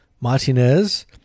Martinez